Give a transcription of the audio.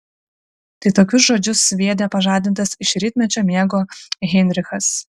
tai tokius žodžius sviedė pažadintas iš rytmečio miego heinrichas